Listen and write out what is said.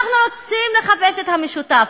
אנחנו רוצים לחפש את המשותף,